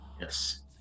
Yes